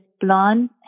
blonde